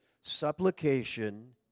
Supplication